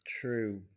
true